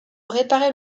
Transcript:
réparer